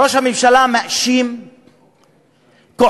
ראש הממשלה מאשים כוחות,